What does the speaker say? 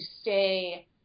stay